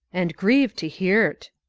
and grieve to hear't.